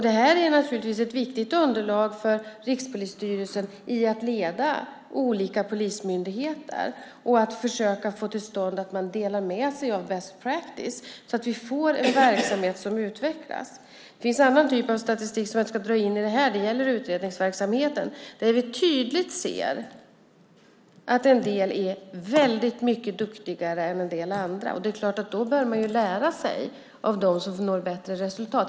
Detta är naturligtvis ett viktigt underlag för Rikspolisstyrelsen i att leda olika polismyndigheter och att försöka få till stånd att man delar med sig av best practice , så att vi får en verksamhet som utvecklas. Det finns andra typer av statistik som jag inte ska dra in i det här. Det gäller utredningsverksamheten. Där ser vi tydligt att en del är mycket duktigare än en del andra. Det är klart att man då bör lära sig av dem som uppnår bättre resultat.